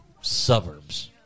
suburbs